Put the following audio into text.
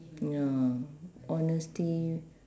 ya honesty